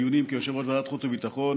בדיונים כיושב-ראש ועדת החוץ והביטחון,